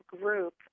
group